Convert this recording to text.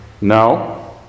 No